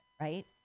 right